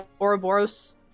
Ouroboros